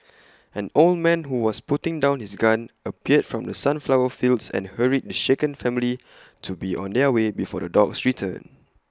an old man who was putting down his gun appeared from the sunflower fields and hurried the shaken family to be on their way before the dogs return